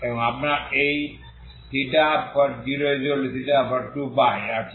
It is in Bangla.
এবং আপনার এই ϴ0ϴ2π আছে